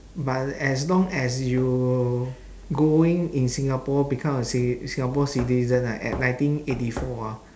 but as long as you going in singapore become a citi~ singapore citizen ah at nineteen eighty four ah